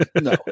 No